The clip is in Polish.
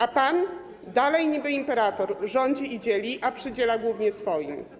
A pan dalej niby imperator rządzi i dzieli, a przydziela głównie swoim.